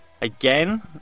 again